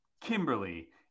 Kimberly